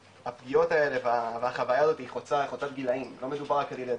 הפגיעות האלה והחוויה הזאת היא חוצת גילאים לא מדובר רק על ילדים,